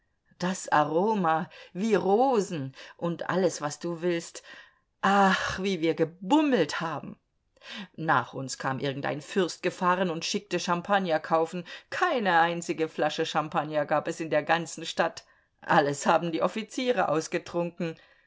das aroma wie rosen und alles was du willst ach wie wir gebummelt haben nach uns kam irgendein fürst gefahren und schickte champagner kaufen keine einzige flasche champagner gab es in der ganzen stadt alles haben die offiziere ausgetrunken